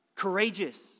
Courageous